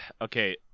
okay